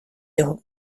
його